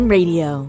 Radio